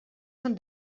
són